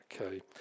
Okay